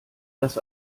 das